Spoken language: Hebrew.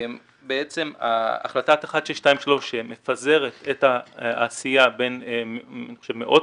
החלטה 1263 שמפזרת את העשייה של מאות